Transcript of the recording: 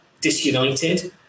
disunited